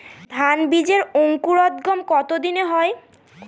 ধান বীজের অঙ্কুরোদগম কত দিনে হয়?